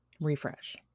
Refresh